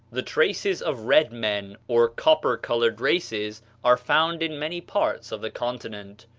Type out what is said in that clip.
the traces of red men or copper-colored races are found in many parts of the continent.